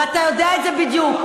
ואתה יודע את זה בדיוק.